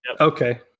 Okay